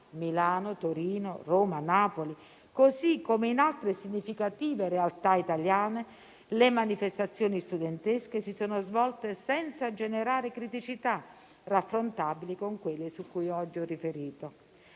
(Milano, Torino, Roma, Napoli, così come in altre significative realtà italiane), le manifestazioni studentesche si sono svolte senza generare criticità raffrontabili con quelle su cui oggi ho riferito.